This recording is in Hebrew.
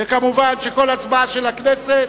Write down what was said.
מובן שכל הצבעה של הכנסת,